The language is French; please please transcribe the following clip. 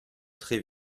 très